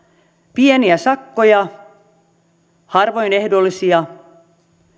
pieniä sakkoja harvoin ehdollisia